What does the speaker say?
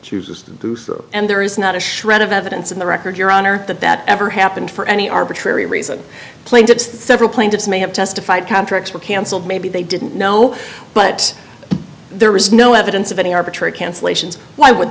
chooses to do so and there is not a shred of evidence in the record your honor that that ever happened for any arbitrary reason plaintiffs several plaintiffs may have testified contracts were cancelled maybe they didn't know but there was no evidence of any arbitrary cancellations why would